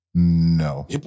No